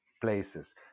places